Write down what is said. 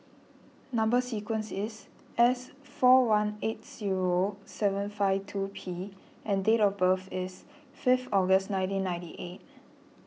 Number Sequence is S four one eight zero seven five two P and date of birth is fifth August nineteen ninety eight